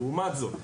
לעומת זאת,